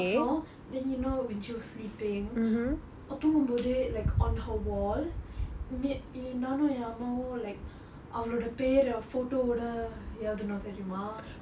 அப்புறம:appuram then you know when she was sleeping தூங்கும் போது:thungum pothu like on her wall நானும் என் அம்மாவும்:naanum en ammaavum like அவளுடைய பெயரை:avaludaya peyarai photo வோட எழுதினோம் தெரியுமா:voda eluthinoam theriyumaa